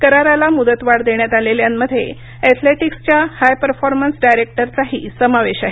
कराराला मुदतवाढ देण्यात आलेल्यांमध्ये एथलेटिक्स च्या हाय परफॉर्मन्स डायरेक्टरचाही समावेश आहे